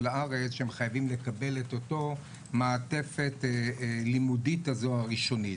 לארץ שהם חייבים לקבל את אותה מעטפת לימודית הזו הראשונית.